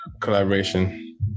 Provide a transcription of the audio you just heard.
collaboration